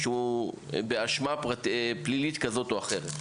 שהוא באשמה פלילית כזאת או אחרת.